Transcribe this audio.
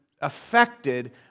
affected